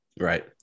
Right